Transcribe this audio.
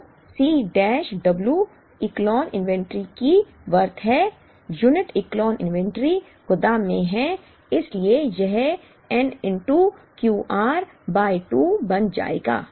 तो C dash w echelon inventory की worth है यूनिट इकोलोन इन्वेंट्री गोदाम में है इसलिए यह n Q r बाय 2 बन जाएगा